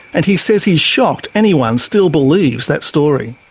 and he says he's shocked anyone still believes that story.